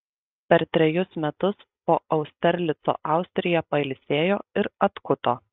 per trejus metus po austerlico austrija pailsėjo ir atkuto